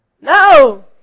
No